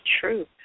true